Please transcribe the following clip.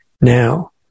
now